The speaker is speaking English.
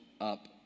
up